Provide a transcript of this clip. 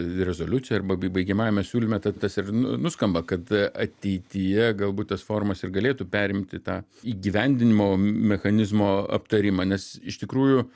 rezoliucijoj arba bai baigiamajame siūlyme ta tas ir nuskamba kad ateityje galbūt tas forums ir galėtų perimti tą įgyvendinimo mechanizmo aptarimą nes iš tikrųjų